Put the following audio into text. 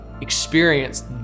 experience